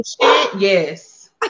yes